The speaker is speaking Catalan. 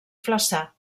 flaçà